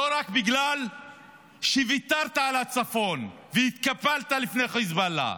לא רק בגלל שוויתרת על הצפון והתקפלת לפני חיזבאללה,